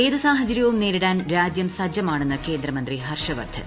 ഏത് സാഹചര്യവും ന്നേരിടാൻ രാജ്യം സജ്ജമാണെന്ന് കേന്ദ്രമന്ത്രി ഏർഷ്വർദ്ധൻ